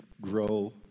grow